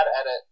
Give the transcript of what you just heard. edit